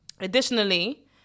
Additionally